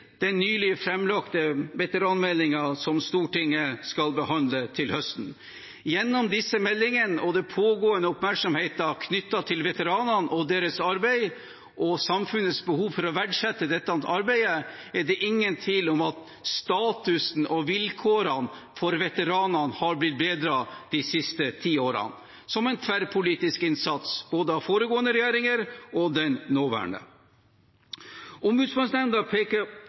den nylig framlagte veteranmeldingen som Stortinget skal behandle til høsten. Gjennom disse meldingene og den pågående oppmerksomheten knyttet til veteranene og deres arbeid og samfunnets behov for å verdsette dette arbeidet, er det ingen tvil om at statusen til og vilkårene for veteranene har blitt bedret de siste ti årene – som en tverrpolitisk innsats av både foregående regjeringer og den nåværende. Ombudsmannsnemnda peker